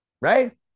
Right